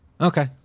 okay